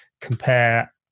compare